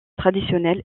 traditionnels